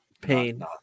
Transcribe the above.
Pain